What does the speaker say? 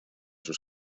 sus